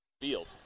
field